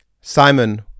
Simon